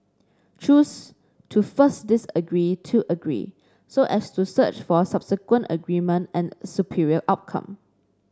choose to first disagree to agree so as to search for subsequent agreement and a superior outcome